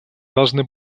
должны